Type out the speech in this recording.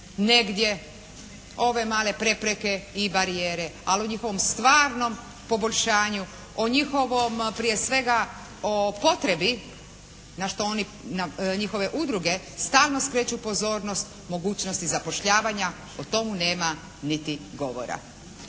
negdje ove male prepreke i barijere ali u njihovom stvarnom poboljšanju, o njihovom prije svega, o njihovog potrebi na što njihove udruge stalno skreću pozornost, mogućnosti zapošljavanja, o tomu nema niti govora.